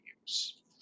use